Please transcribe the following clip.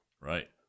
right